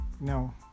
No